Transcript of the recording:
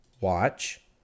Watch